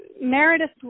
Meredith